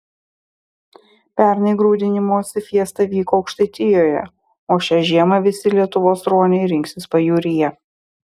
pernai grūdinimosi fiesta vyko aukštaitijoje o šią žiemą visi lietuvos ruoniai rinksis pajūryje